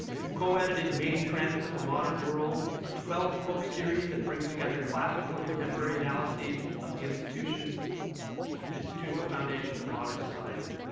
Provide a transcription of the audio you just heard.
you co-edited main trends of the modern world, a twelve-book series that brings together classical and contemporary analyses of the institutional and institutional foundations of modern society.